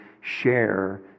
share